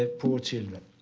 ah poor children